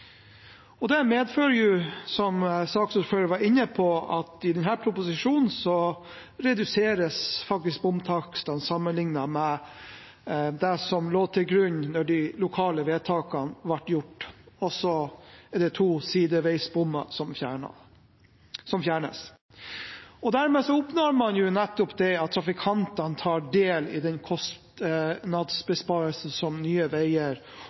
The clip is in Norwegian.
Det medfører, som saksordføreren var inne på, at i denne proposisjonen reduseres faktisk bomtakstene sammenlignet med det som lå til grunn da de lokale vedtakene ble fattet. Det er også to sideveisbommer som fjernes. Dermed oppnår man nettopp at trafikantene får del i den kostnadsbesparelsen som Nye Veier